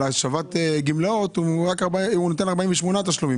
על השבת גמלאות הוא נותן רק 48 תשלומים.